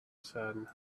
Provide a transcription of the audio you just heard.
said